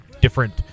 different